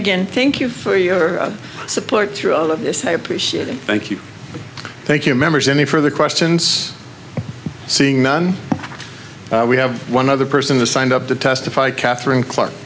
again thank you for your support through all of this i appreciate it thank you thank you members any further questions seeing none we have one other person has signed up to testify katherine clark